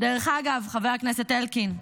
דרך אגב, חבר הכנסת אלקין,